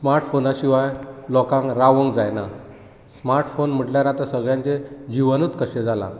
स्मार्टफोना शिवाय लोकांक रावूंक जायना स्मार्टफोन म्हटल्यार आतां सगळ्यांचें जिवनूच कशें जाला